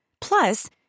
Plus